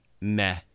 meh